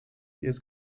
jest